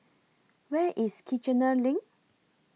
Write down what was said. Where IS Kiichener LINK